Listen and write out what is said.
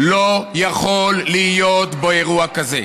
לא יכול להיות באירוע כזה.